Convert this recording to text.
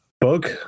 bug